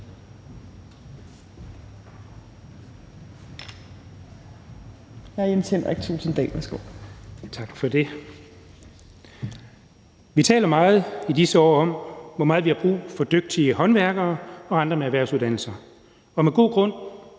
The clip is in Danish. Vi taler meget i disse år om, hvor meget vi har brug for dygtige håndværkere og andre med erhvervsuddannelser, og med god grund,